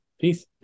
peace